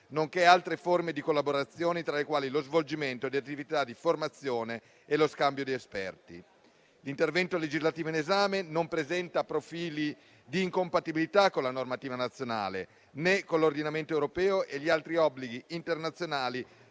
nonché altre forme di collaborazione tra le quali lo svolgimento di attività di formazione e lo scambio di esperti. L'intervento legislativo in esame non presenta profili di incompatibilità con la normativa nazionale, né con l'ordinamento europeo e gli altri obblighi internazionali